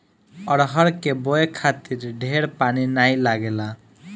अरहर के बोए खातिर ढेर पानी नाइ लागेला